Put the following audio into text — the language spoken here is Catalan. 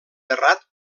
terrat